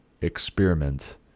experiment